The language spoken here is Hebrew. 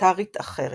הומניטרית אחרת.